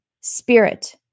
spirit